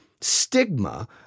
stigma